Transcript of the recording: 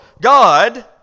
God